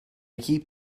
keep